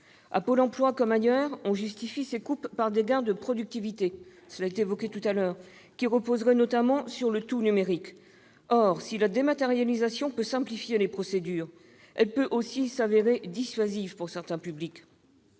À Pôle emploi comme ailleurs, on justifie ces coupes par des gains de productivité- encore évoqués il y a quelques instants -, qui reposeraient notamment sur le tout-numérique. Or si la dématérialisation peut simplifier les procédures, elle peut aussi s'avérer dissuasive pour certains publics.